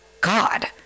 God